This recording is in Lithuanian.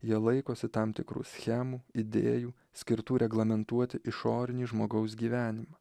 jie laikosi tam tikrų schemų idėjų skirtų reglamentuoti išorinį žmogaus gyvenimą